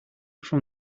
from